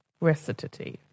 Recitative